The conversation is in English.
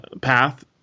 path